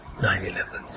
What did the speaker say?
9-11